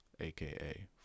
aka